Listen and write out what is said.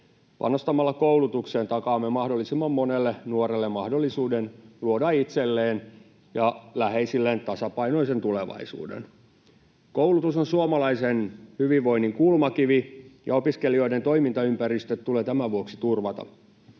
Panostamalla koulutukseen takaamme mahdollisimman monelle nuorelle mahdollisuuden luoda itselleen ja läheisilleen tasapainoinen tulevaisuus. Koulutus on suomalaisen hyvinvoinnin kulmakivi, ja opiskelijoiden toimintaympäristöt tulee tämän vuoksi turvata.